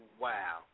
Wow